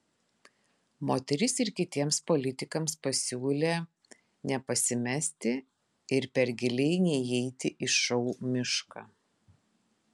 moteris ir kitiems politikams pasiūlė nepasimesti ir per giliai neįeiti į šou mišką